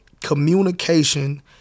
communication